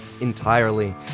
entirely